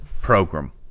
program